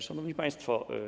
Szanowni Państwo!